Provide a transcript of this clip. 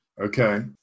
Okay